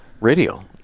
Radio